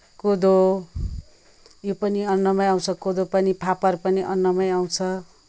कोदो यो पनि अन्नमै आउँछ कोदो पनि फापर पनि अन्नमै आउँछ